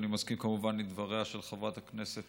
אני מסכים כמובן לדבריה של חברת הכנסת